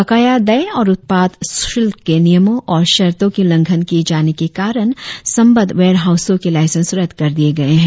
बकाया देय और उप्ताद शुल्क के नियमों और शर्तों के उलंघन किए जाने के कारण संबंद्व वेरहाउसों के लाइसेंस रद्द कर दिए गये है